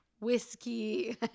whiskey